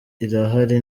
irahari